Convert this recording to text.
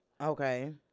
Okay